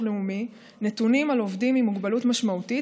לאומי נתונים על עובדים עם מוגבלות משמעותית,